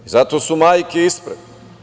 Zato su majke ispred.